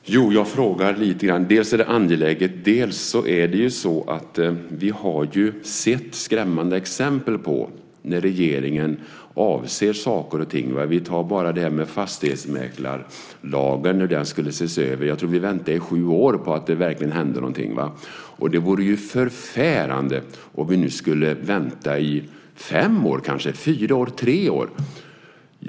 Fru talman! Jo, jag frågar lite grann dels eftersom det är angeläget, dels eftersom vi har sett skrämmande exempel på när regeringen avser saker och ting. Ta bara det här med fastighetsmäklarlagen, när den skulle ses över! Jag tror att vi väntade i sju år innan det verkligen hände någonting. Och det vore förfärande om vi nu skulle vänta i fem år eller kanske fyra år eller tre år.